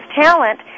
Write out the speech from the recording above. talent